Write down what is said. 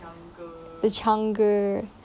the 长歌